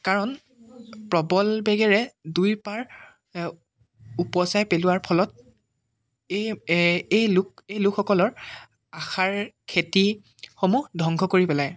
কাৰণ প্ৰবল বেগেৰে দুই পাৰ উপচাই পেলোৱাৰ ফলত এই এই এই লোক এই লোকসকলৰ আশাৰ খেতিসমূহ ধ্বংস কৰি পেলায়